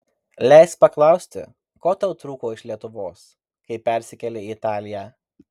leisk paklausti ko tau trūko iš lietuvos kai persikėlei į italiją